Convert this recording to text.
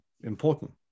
important